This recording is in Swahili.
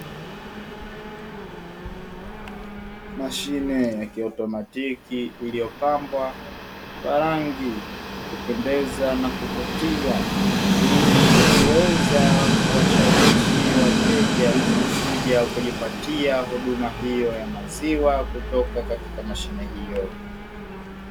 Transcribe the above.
Mashine ya kiautomatiki iliyopambwa kwa rangi ya kupendeza na kuvutia, ili kuweza kuwashawishi wateja kuja kujipatia huduma hiyo ya maziwa kutoka katika mashine hiyo.